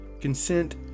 consent